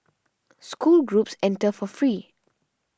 school groups enter for free